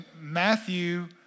Matthew